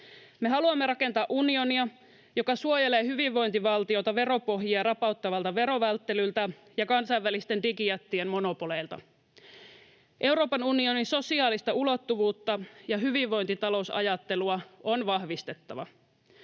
Me haluamme rakentaa unionia, joka suojelee hyvinvointivaltiota veropohjia rapauttavalta verovälttelyltä ja kansainvälisten digijättien monopoleilta. Euroopan unionin sosiaalista ulottuvuutta ja hyvinvointitalousajattelua on vahvistettava.